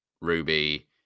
ruby